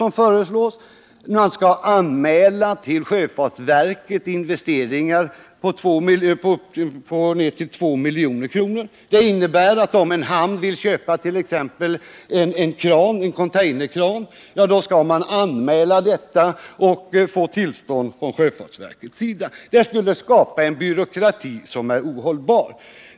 Man skall till sjöfartsverket anmäla investeringar på ned till 2 milj.kr., vilket innebär, att om en hamn vill köpat.ex. en containerkran, skall detta anmälas så att man kan få tillstånd av sjöfartsverket. Detta skulle skapa en ohållbar byråkrati.